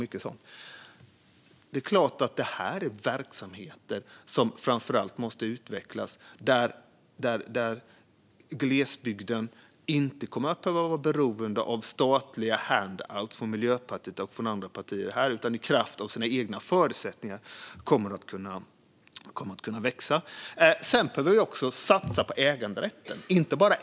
Denna verksamhet måste utvecklas så att glesbygden inte är beroende av statliga handouts från Miljöpartiet och andra partier här utan kan växa i kraft av sina egna förutsättningar. Vi behöver också satsa på äganderätten.